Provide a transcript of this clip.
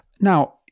Now